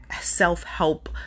self-help